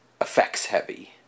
effects-heavy